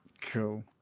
Cool